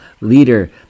leader